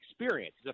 experience